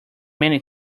many